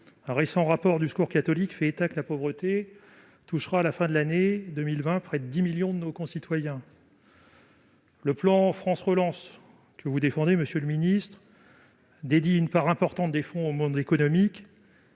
un récent rapport du Secours catholique estime que la pauvreté touchera à la fin de l'année 2020 près de 10 millions de nos concitoyens. Le plan France Relance que vous défendez, monsieur le ministre, dédie une part importante des fonds au monde économique.